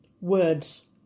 Words